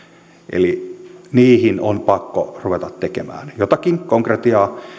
eli niihin on pakko ruveta tekemään jotakin konkretiaa